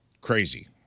crazy